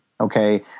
Okay